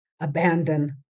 abandon